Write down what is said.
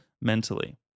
mentally